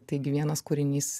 taigi vienas kūrinys